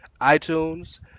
iTunes